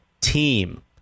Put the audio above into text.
team